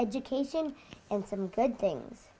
education and some good things